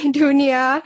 dunia